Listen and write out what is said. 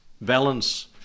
balance